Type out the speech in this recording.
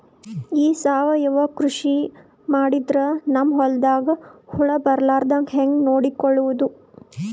ಈ ಸಾವಯವ ಕೃಷಿ ಮಾಡದ್ರ ನಮ್ ಹೊಲ್ದಾಗ ಹುಳ ಬರಲಾರದ ಹಂಗ್ ನೋಡಿಕೊಳ್ಳುವುದ?